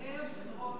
אדוני היושב-ראש,